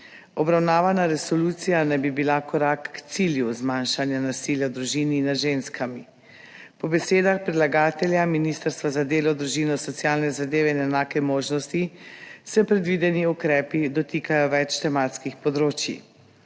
Obravnavana resolucija naj bi bila korak k cilju zmanjšanja nasilja v družini nad ženskami. Po besedah predlagatelja, Ministrstva za delo, družino, socialne zadeve in enake možnosti, se predvideni ukrepi dotikajo več tematskih področij.